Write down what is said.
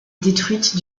détruite